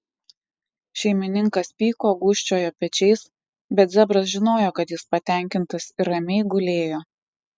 šeimininkas pyko gūžčiojo pečiais bet zebras žinojo kad jis patenkintas ir ramiai gulėjo